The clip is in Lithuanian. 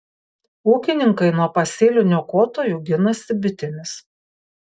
ūkininkai nuo pasėlių niokotojų ginasi bitėmis